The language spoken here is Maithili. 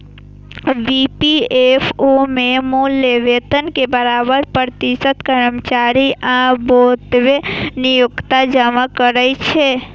ई.पी.एफ.ओ मे मूल वेतन के बारह प्रतिशत कर्मचारी आ ओतबे नियोक्ता जमा करै छै